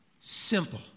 simple